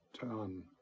turn